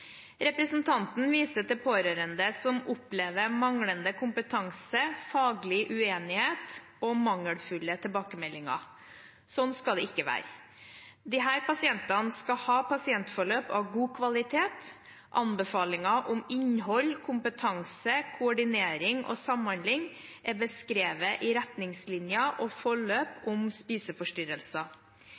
Representanten viser til pårørende som opplever manglende kompetanse, faglig uenighet og mangelfulle tilbakemeldinger. Slik skal det ikke være. Disse pasientene skal ha pasientforløp av god kvalitet. Anbefalinger om innhold, kompetanse, koordinering og samhandling er beskrevet i retningslinjer og forløp om spiseforstyrrelser.